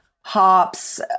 hops